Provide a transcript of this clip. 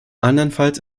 andernfalls